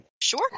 Sure